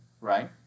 right